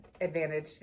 Advantage